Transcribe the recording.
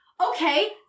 Okay